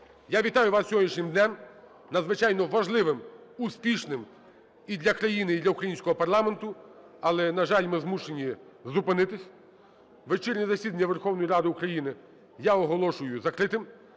Я вітаю вас з сьогоднішнім днем, надзвичайно важливим, успішним і для країни, і для українського парламенту. Але, на жаль, ми змушені зупинитись. Вечірнє засідання Верховної Ради України я оголошую закритим.